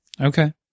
Okay